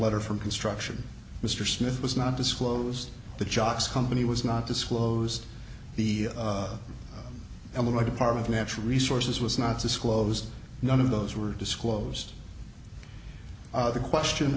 letter from construction mr smith was not disclosed the chocks company was not disclosed the and when my department natural resources was not disclosed none of those were disclosed the question